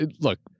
look